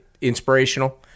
inspirational